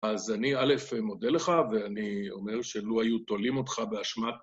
אז אני א', מודה לך ואני אומר שלו היו תולים אותך באשמת...